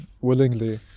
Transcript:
willingly